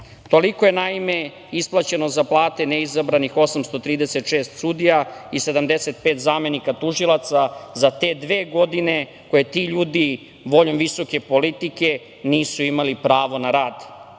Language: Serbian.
Toliko je naime isplaćeno za plate neizabranih 836 sudija i 75 zamenika tužilaca za te dve godine koje ti ljudi, voljom visoke politike, nisu imali pravo na rad.